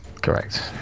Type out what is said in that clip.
Correct